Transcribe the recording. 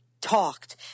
talked